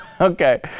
Okay